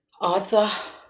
Arthur